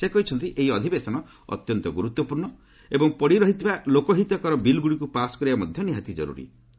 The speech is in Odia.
ସେ କହିଛନ୍ତି ଏହି ଅଧିବେଶନ ଅତ୍ୟନ୍ତ ଗୁରୁତ୍ୱପୂର୍ଣ୍ଣ ଏବଂ ପଡ଼ିରହିଥିବା ଲୋକହିତକର ବିଲ୍ଗୁଡ଼ିକୁ ପାସ୍ କରାଇବା ମଧ୍ୟ ନିହାତି ଜର୍ରି